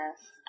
Yes